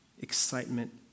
excitement